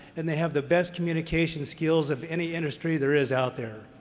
and they have the best communication skills of any industry there is out there.